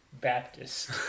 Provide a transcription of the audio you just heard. Baptist